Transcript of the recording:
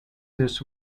this